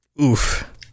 Oof